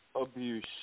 abuse